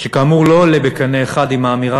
שכאמור לא עולה בקנה אחד עם האמירה